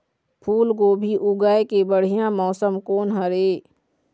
फूलगोभी उगाए के बढ़िया मौसम कोन हर ये?